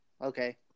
Okay